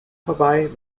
vorbei